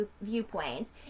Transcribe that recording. viewpoints